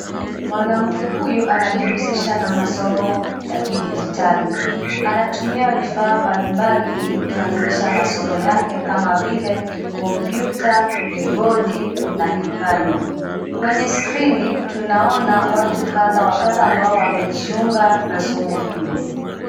Mwanamke huyu anajihusisha na masomo, ya kidijitali, anatumia vifaa mbalimbali ilikufanikisha masomo yake kama vile, kompyuta, kibodi na kipanya, kwenye skrini tunaona watu kadha wa kadha ambao wamejiunga na somo hilo.